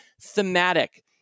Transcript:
thematic